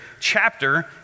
chapter